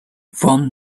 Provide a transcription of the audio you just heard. from